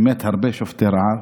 באמת הרבה שובתי רעב,